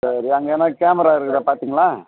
சரி அங்கே எதுனா கேமரா இருக்குதா பார்த்தீங்களா